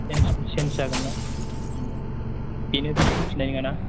change change जागोन ना बेनो बेथ' फैफिननाय नङा ना